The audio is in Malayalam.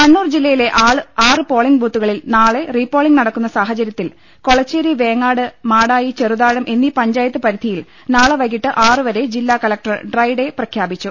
കണ്ണൂർ ജില്ലയിലെ ആറ് പോളിങ് ബൂത്തുകളിൽ നാളെ റീപോളിങ് നടക്കുന്ന സാഹചര്യത്തിൽ കൊളച്ചേരി വേങ്ങാട് മാടായി ചെറുതാഴം എന്നീ പഞ്ചായത്ത് പരിധിയിൽ നാളെ വൈകിട്ട് ആറുവരെ ജില്ലാ കളക്ടർ ഡ്രൈഡേ പ്രഖ്യാപിച്ചു